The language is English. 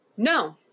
No